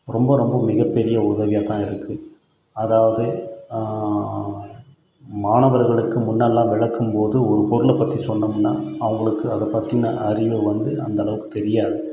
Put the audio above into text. ரொம்ப ரொம்ப மிகப்பெரிய உதவியாக தான் இருக்கு அதாவது மாணவர்களுக்கு முன்னெல்லாம் விளக்கும்போது ஒரு பொருளை பற்றி சொன்னோம்னா அவங்களுக்கு அதை பற்றின அறிவு வந்து அந்தளவுக்கு தெரியாது